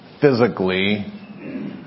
physically